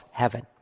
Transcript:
heaven